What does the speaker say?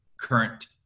current